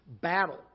battle